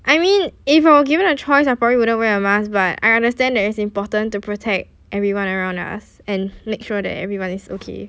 I mean if I were given a choice I probably wouldn't wear a mask but I understand that it's important to protect everyone around us and make sure that everyone is okay